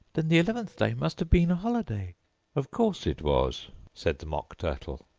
then the eleventh day must have been a holiday of course it was said the mock turtle.